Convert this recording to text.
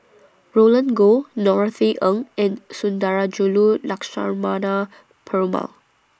Roland Goh Norothy Ng and Sundarajulu Lakshmana Perumal